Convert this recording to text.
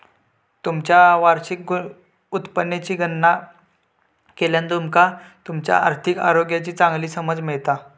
तुमचा वार्षिक उत्पन्नाची गणना केल्यान तुमका तुमच्यो आर्थिक आरोग्याची चांगली समज मिळता